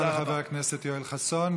תודה רבה לחבר הכנסת יואל חסון.